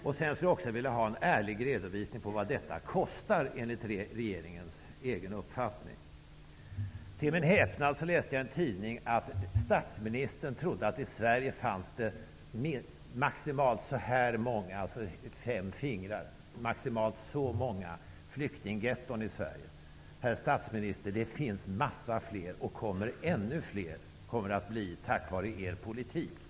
Jag vill också ha en ärlig redovisning för vad detta kostar, enligt regeringens egen uppfattning. Till min häpnad läste jag i en tidning att statsministern trodde att det i Sverige fanns maximalt fem flyktinggetton. Herr statsminister, det finns massor av fler, och ännu fler kommer det att bli, tack vare er politik.